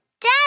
Dad